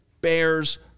Bears